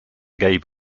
gave